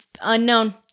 unknown